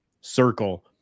circle